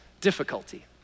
Difficulty